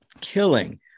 killing